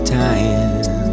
time